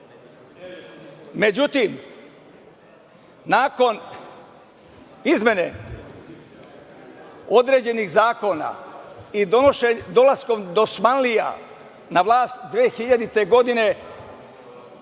Međutim, nakon izmene određenih zakona i dolaskom dosmanlija na vlast 2000. godine,